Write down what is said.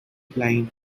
blind